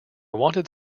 wanted